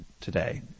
today